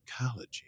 psychology